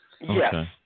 Yes